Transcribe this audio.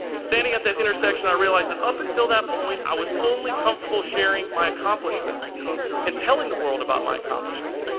standing at that intersection i realized that up until that point i was only comfortable sharing my accomplishments and telling the world about my accomplishments,